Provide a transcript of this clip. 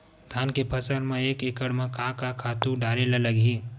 धान के फसल म एक एकड़ म का का खातु डारेल लगही?